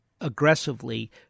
aggressively